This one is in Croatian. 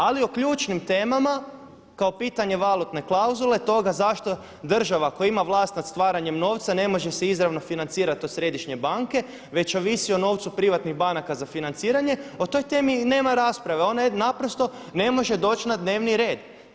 Ali o ključnim temama kao pitanje valutne klauzule toga zašto država koja ima vlast nad stvaranjem novca ne može se izravno financirati od središnje banke već ovisi o novcu privatnih banaka za financiranje o toj temi nema rasprave, ona naprosto ne može doći na dnevni red.